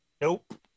Nope